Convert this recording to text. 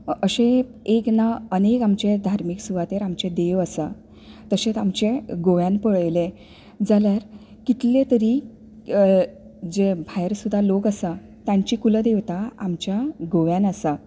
अशें एक ना अनेक आमच्या धार्मीक सुवातेर आमचें देव आसा तशेंत आमचे गोंयांत पळयलें जाल्यार कितले तरी जे भायर सुद्धा लोक आसा तांची कुलदेवता आमच्या गोंयांत आसा